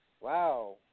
wow